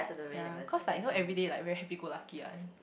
ya cause like you know everyday like very happy go lucky one